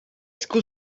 school